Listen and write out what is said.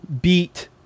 beat